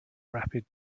rapid